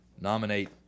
nominate